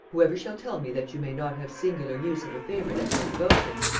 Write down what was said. whoever shall tell me that you may not have singular use of a favorite at your devotion,